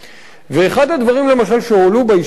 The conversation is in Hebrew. ואחד הדברים שהועלו למשל בישיבה הזאת,